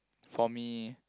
for me